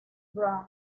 brown